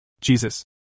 Jesus